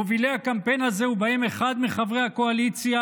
מובילי הקמפיין הזה, ובהם אחד מחברי הקואליציה,